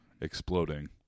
exploding